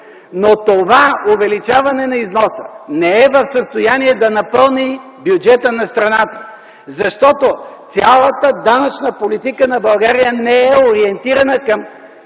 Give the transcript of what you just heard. но това увеличаване на износа не е в състояние да напълни бюджета на страната, защото цялата данъчна политика на България не е ориентирана към